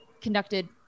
conducted